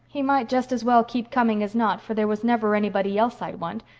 he might just as well keep coming as not, for there was never anybody else i'd want,